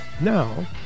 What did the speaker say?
now